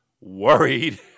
worried